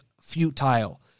futile